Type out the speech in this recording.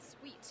Sweet